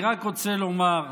אני רק רוצה לומר,